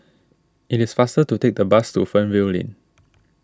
it is faster to take the bus to Fernvale Lane